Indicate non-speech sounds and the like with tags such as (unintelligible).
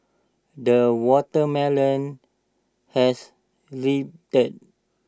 the watermelon has (unintelligible)